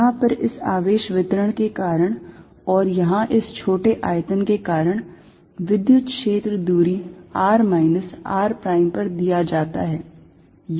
यहां पर इस आवेश वितरण के कारण और यहाँ इस छोटे आयतन के कारण विद्युत क्षेत्र दूरी r minus r prime पर दिया जाता है